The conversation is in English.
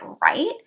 right